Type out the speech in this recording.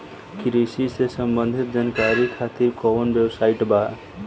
कृषि से संबंधित जानकारी खातिर कवन वेबसाइट बा?